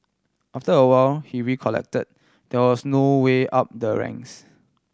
after a while he recollect there was no way up the ranks